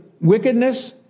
wickedness